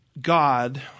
God